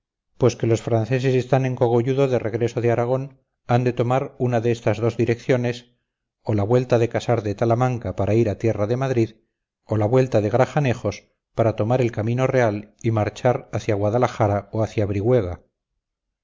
pues que los franceses están en cogolludo de regreso de aragón han de tomar una de estas dos direcciones o la vuelta del casar de talamanca para ir a tierra de madrid o la vuelta de grajanejos para tomar el camino real y marchar hacia guadalajara o hacia